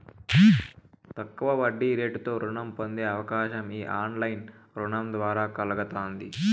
తక్కువ వడ్డీరేటుతో రుణం పొందే అవకాశం ఈ ఆన్లైన్ రుణం ద్వారా కల్గతాంది